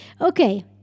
Okay